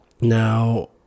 now